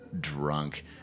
drunk